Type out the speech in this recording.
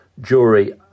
jury